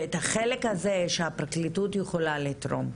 ואת החלק הזה שהפרקליטות יכולה לתרום,